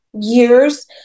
years